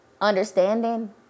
understanding